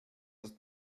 ist